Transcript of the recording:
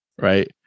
right